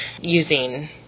using